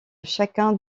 chacun